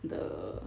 the